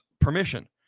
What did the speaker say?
permission